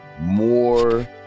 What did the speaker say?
more